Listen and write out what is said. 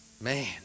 Man